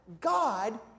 God